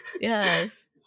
Yes